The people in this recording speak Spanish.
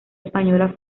española